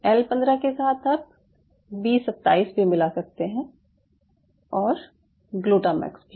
L 15 के साथ आप बी 27 भी मिला सकते है और ग्लूटामैक्स भी